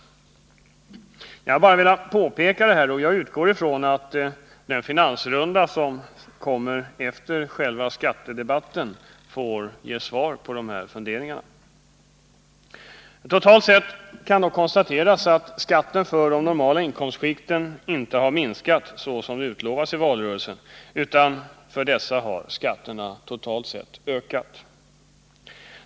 Jag har bara velat påpeka detta, och jag utgår ifrån att den finansrunda som kommer efter själva skattedebatten får ge svar på detta. Totalt sett kan då konstateras att skatten i de normala inkomstskikten inte har minskat såsom det utlovades i valrörelsen, utan för dessa har skatterna totalt sett ökat.